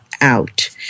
Out